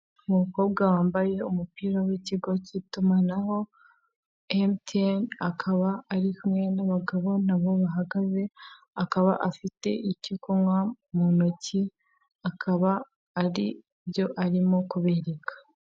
Umukobwa wambaye umupira w'ikigo k'itumanaho emutiyene akaba ari kumwe n'abagabo nabo bahagaze akaba afite icyo kunywa mu ntoki akaba ari byo arimo kubereka.